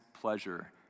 pleasure